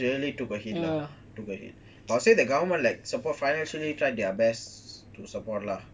ya small business really took a hit lah took a hit but I will say the government like support financially tried their best to support lah